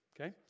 Okay